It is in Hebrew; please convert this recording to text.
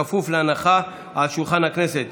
כפוף להנחה על שולחן הכנסת.